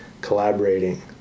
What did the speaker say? collaborating